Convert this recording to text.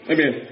Amen